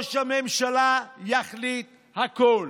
ראש הממשלה יחליט הכול.